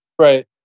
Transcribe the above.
Right